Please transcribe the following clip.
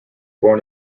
born